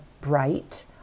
bright